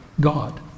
God